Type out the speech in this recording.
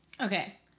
okay